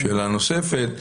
שאלה נוספת,